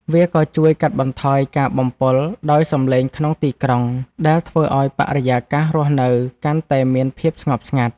វាក៏ជួយកាត់បន្ថយការបំពុលដោយសំឡេងក្នុងទីក្រុង ដែលធ្វើឱ្យបរិយាកាសរស់នៅកាន់តែមានភាពស្ងប់ស្ងាត់។